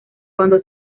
cuando